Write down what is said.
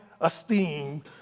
esteem